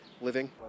living